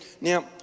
Now